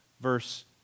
Verse